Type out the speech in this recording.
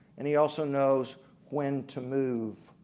and he also knows when to move.